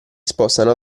spostano